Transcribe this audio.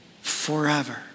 forever